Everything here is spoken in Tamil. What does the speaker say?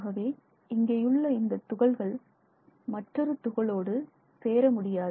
ஆகவே இங்கேயுள்ள இந்த துகள்கள் மற்றொரு துகளோடு சேர முடியாது